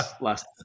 last